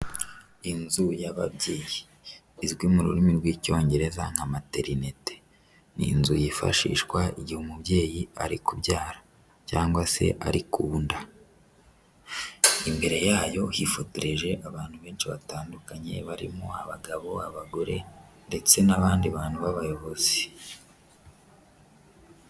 Inzu y'ababyeyi izwi mu rurimi rw'icyongereza nka materinete, ni inzu yifashishwa igihe umubyeyi ari kubyara cyangwa se ari ku nda, imbere yayo hifotoreje abantu benshi batandukanye barimo abagabo, abagore ndetse n'abandi bantu b'abayobozi.